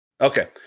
Okay